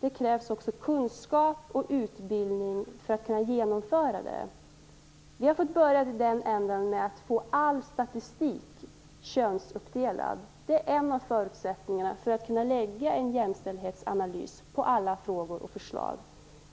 Det krävs också kunskap och utbildning för att kunna genomföra detta. Vi har fått börja med att få all statistik könsuppdelad. Det är en av förutsättningarna för att kunna göra en jämställdhetsanalys på alla frågor och förslag.